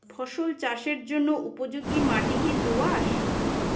ফসল চাষের জন্য উপযোগি মাটি কী দোআঁশ?